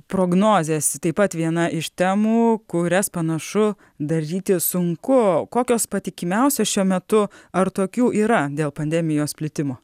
prognozės taip pat viena iš temų kurias panašu daryti sunku o kokios patikimiausios šiuo metu ar tokių yra dėl pandemijos plitimo